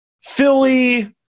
Philly